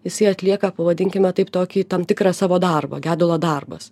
jisai atlieka pavadinkime taip tokį tam tikrą savo darbą gedulo darbas